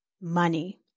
money